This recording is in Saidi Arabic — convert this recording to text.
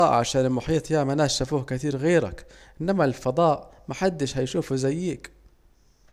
الفضاء عشان المحيط ياما ناس شافوه غيرك، إنما الفضاء محدش هيشوفوا زييك